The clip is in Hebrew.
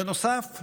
בנוסף,